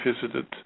visited